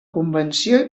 convenció